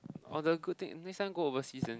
all the good thing next time go overseas and